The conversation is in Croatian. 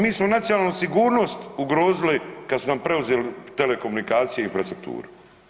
Pa mi smo nacionalnu sigurnost ugrozili kada su nam preuzeli telekomunikacije i infrastrukturu.